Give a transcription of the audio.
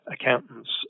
accountants